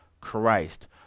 christ